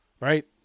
right